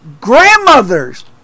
grandmothers